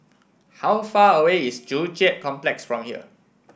how far away is Joo Chiat Complex from here